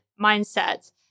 mindset